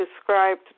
described